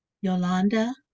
Yolanda